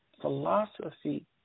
philosophy